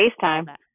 FaceTime